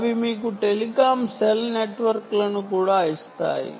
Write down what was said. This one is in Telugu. అవి మీకు టెలికాం సెల్ నెట్వర్క్లను కూడా ఇస్తాయి